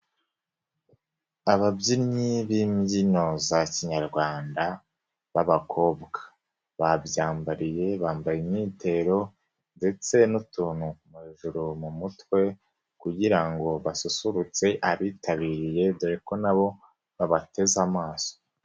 Ababyinnyi b'imbyino za kinyarwanda b'abakobwa babyambariye, bambaye imyitero ndetse n'utuntu hejuru mu mutwe kugira ngo basusururutse abitabiriye dore ko na bo babateze amaso.